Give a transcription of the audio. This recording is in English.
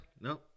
no